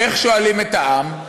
איך שואלים את העם?